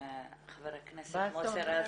בבקשה חבר הכנסת מוסי רז.